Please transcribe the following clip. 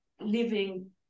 living